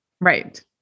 Right